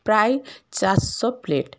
প্রায় চারশো প্লেট